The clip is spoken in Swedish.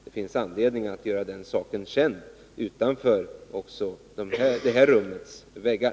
Det finns anledning att göra detta känt också utanför den här salens väggar.